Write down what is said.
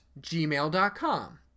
gmail.com